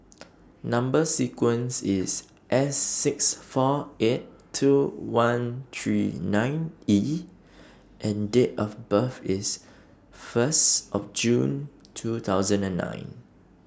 Number sequence IS S six four eight two one three nine E and Date of birth IS First of June two thousand and nine